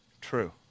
true